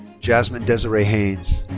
jasmine deseree haynes.